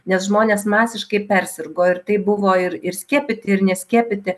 nes žmonės masiškai persirgo ir tai buvo ir ir skiepyti ir neskiepyti